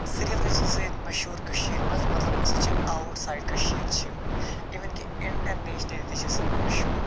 صِرف نہ چھِ سُہ ییٚتہِ مشہوٗر کٔشیٖرِ منٛز مطلب سُہ چھِ آوُٹ سایِڈ کٔشیٖرِ چھِ اِوٕن کہِ اِنٛٹرنیشنٕلۍ تہِ چھِ سُہ مشہوٗر